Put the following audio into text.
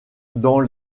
dans